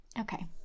Okay